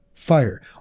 fire